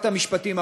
שרת המשפטים,